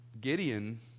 Gideon